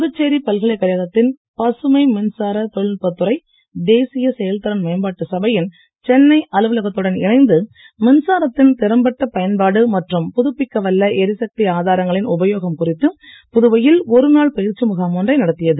புதுச்சேரி பல்கலைக்கழகத்தின் பசுமை மின்சார தொழில்நுட்பத் துறை தேசிய செயல்திறன் மேம்பாட்டு சபையின் சென்னை அலுவலகத்துடன் இணைந்து மின்சாரத்தின் திறம்பட்ட பயன்பாடு மற்றும் புதுப்பிக்கவல்ல எரிசக்தி ஆதாரங்களின் உபயோகம் குறித்து புதுவையில் ஒருநாள் பயிற்சி முகாம் ஒன்றை நடத்தியது